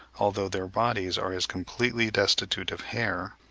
although their bodies are as completely destitute of hair,